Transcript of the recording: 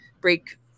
break